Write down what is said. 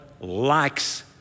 likes